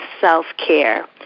self-care